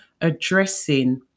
addressing